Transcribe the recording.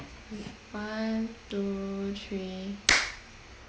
in one two three